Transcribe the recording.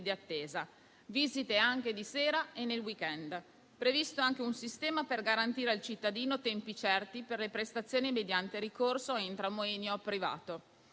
attesa. Visite anche di sera e nel *weekend.* È previsto anche un sistema per garantire al cittadino tempi certi per le prestazioni mediante ricorso *intramoenia* o privato.